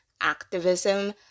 activism